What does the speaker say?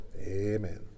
Amen